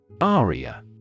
Aria